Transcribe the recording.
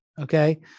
Okay